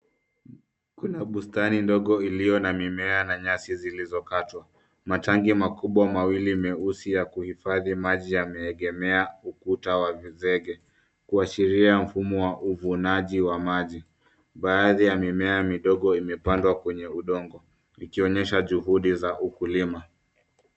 Kuna bustani ndogo ulio na mimea na nyasi zilizo katwa, matanki makubwa mawili meusi ya kuhifadi maji yameegemea ukuta wa sege, kuashiria mfumo wa ufunaji wa maji, baadhi ya mimea midogo imepandwa kwenye udongo, ikionyesha juhudi za ukulima.